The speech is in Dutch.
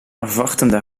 afwachtende